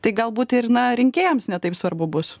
tai galbūt ir na rinkėjams ne taip svarbu bus